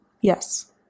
Yes